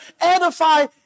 edify